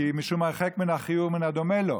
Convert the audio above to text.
משום "הרחק מן הכיעור ומן הדומה לו",